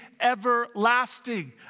everlasting